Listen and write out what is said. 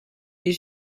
est